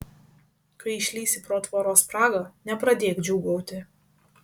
kai išlįsi pro tvoros spragą nepradėk džiūgauti